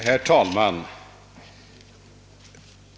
Herr talman!